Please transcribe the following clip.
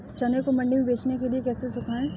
चने को मंडी में बेचने के लिए कैसे सुखाएँ?